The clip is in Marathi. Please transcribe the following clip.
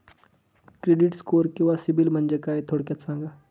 क्रेडिट स्कोअर किंवा सिबिल म्हणजे काय? थोडक्यात सांगा